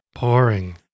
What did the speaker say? Boring